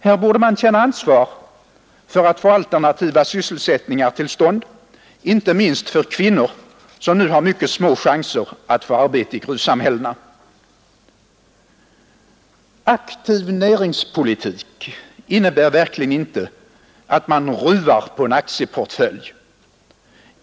Här borde man känna ansvar för att få alternativa sysselsättningar till stånd, inte minst för kvinnor, som ju har mycket små chanser att få arbete i gruvsamhällena. Aktiv näringspolitik innebär verkligen inte att man ruvar på en aktieportfölj.